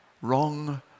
Wrong